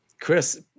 Chris